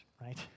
right